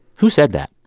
who said that?